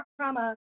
trauma